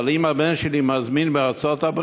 אבל אם הבן שלי מזמין בארצות-הברית,